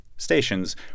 stations